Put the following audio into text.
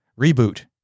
Reboot